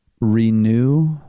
renew